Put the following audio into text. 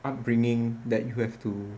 upbringing that you have to